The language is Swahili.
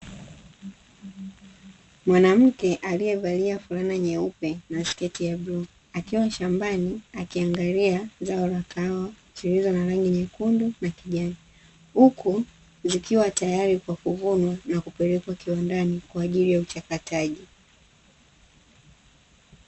Mwanamke aliyevalia fulana nyeupe na sketi ya bluu, akiwa shambani akiangalia zao la kahawa zilizo na rangi nyekundu na kijani, huku zikiwa tayari kwa kuvunwa na kupelekwa kiwandani kwa ajili ya uchakataji.